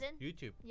YouTube